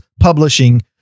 Publishing